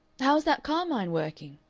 how is that carmine working?